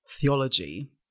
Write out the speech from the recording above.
theology